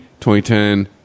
2010